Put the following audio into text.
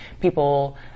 people